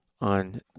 on